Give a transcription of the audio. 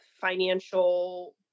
financial